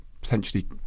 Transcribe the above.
potentially